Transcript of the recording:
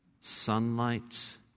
sunlight